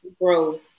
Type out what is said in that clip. growth